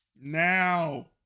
Now